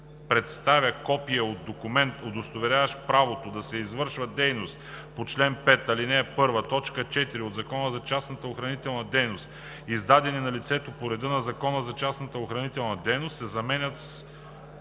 представя копие от документ, удостоверяващ правото да се извършва дейност по чл. 5, ал. 1, т. 4 от Закона за частната охранителна дейност, издаден на лицето по реда на Закона за частната охранителна дейност“ се заменят с